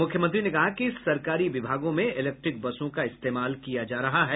मुख्यमंत्री ने कहा कि सरकारी विभागों में इलेक्ट्रिक बसों का इस्तेमाल किया जा रहा है